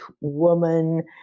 woman